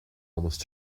almost